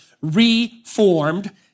Reformed